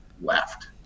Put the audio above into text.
left